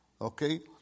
Okay